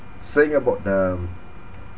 saying about the um